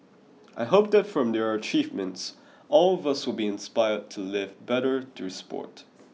I hope that from their achievements all of us will be inspired to live better through sport